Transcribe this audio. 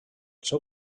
seu